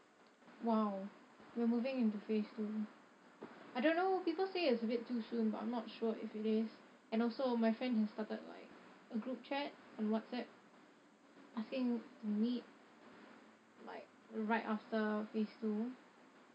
!wow! we're moving into phase two I don't know people say it's a bit too soon but I'm not sure if it is and also my friend has started like a group chat on whatsapp asking to meet like right after phase two